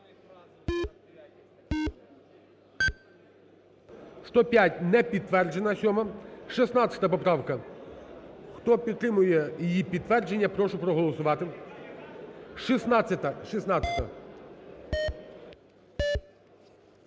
105. Не підтверджена сьома. 16 поправка. Хто підтримує її підтвердження, прошу проголосувати. 16-а.